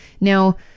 Now